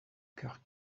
cœur